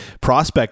prospect